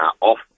off